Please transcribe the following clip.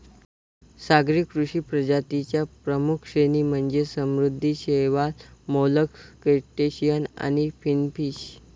सागरी कृषी प्रजातीं च्या प्रमुख श्रेणी म्हणजे समुद्री शैवाल, मोलस्क, क्रस्टेशियन आणि फिनफिश